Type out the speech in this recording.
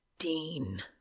Dean